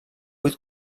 vuit